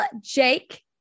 Jake